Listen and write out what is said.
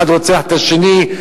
האחד רוצח את השני,